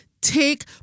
take